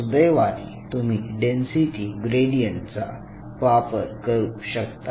सुदैवाने तुम्ही density gradient चा वापर करू शकता